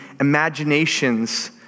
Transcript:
imaginations